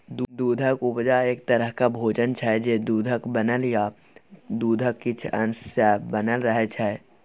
दुधक उपजा एक तरहक भोजन छै जे दुधक बनल या दुधक किछ अश सँ बनल रहय छै